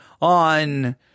on